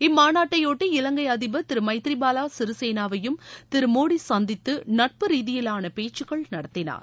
இம்மாநாட்டையொட்டி இலங்கை அதிபர் திரு மைத்திரி பாலசிறிசேனாவையும் திரு மோடி சந்தித்து நட்பு ரீதியிலான பேச்சுகள் நடத்தினர்